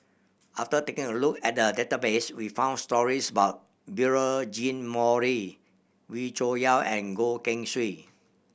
after taking a look at the database we found stories about Beurel Jean Marie Wee Cho Yaw and Goh Keng Swee